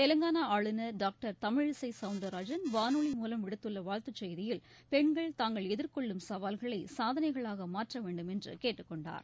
தெலங்கானா ஆளுநர் டாக்டர் தமிழிசை சவுந்தரராஜன் வானொலி மூவம் விடுத்துள்ள வாழ்த்துச் செய்தியில் பெண்கள் தாங்கள் எதிர்கொள்ளும் சவால்களை சாதனைகளாக மாற்ற வேண்டும் என்று கேட்டுக் கொண்டார்